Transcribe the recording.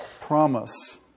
promise